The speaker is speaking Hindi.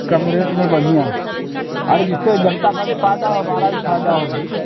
कम रेट में बढ़िया अरे जिससे जनता का भी फ़ायदा हमारा भी फ़ायदा हो भाई